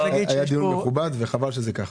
היה דיון מכובד וחבל שזה ככה.